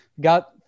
Got